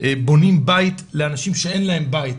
בונים בית לאנשים שאין להם בית.